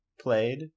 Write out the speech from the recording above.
Played